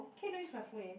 can you not use my phone in